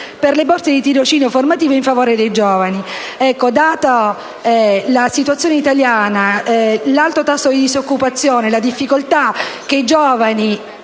per le borse di tirocinio formativo a favore di questi giovani. Ebbene, data la situazione italiana e l'alto tasso di disoccupazione e le difficoltà che incontrano